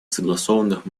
согласованных